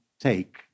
take